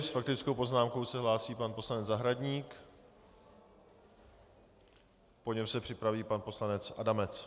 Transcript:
S faktickou poznámkou se hlásí pan poslanec Zahradník, po něm se připraví pan poslanec Adamec.